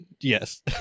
Yes